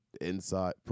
inside